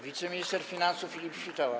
Wiceminister finansów Filip Świtała.